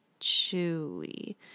Chewy